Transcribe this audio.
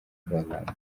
rolland